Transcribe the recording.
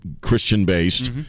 Christian-based